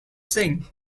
saying